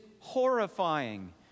horrifying